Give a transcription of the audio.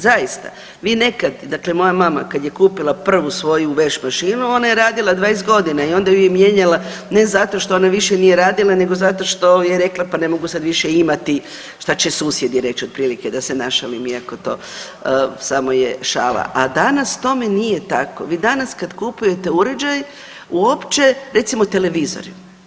Zaista, vi nekad dakle moja mama kad je kupila prvu svoju veš mašinu, ona je radila 20 g. i onda ju je mijenjala ne zato što ona više nije radila nego zato što je rekla pa ne mogu sad više imati šta će susjedi reć, otprilike, da se našalim, iako to samo je šala a danas tome nije tako, vi danas kad kupujete uređaj, uopće recimo televizori.